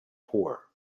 poor